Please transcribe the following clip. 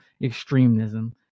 extremism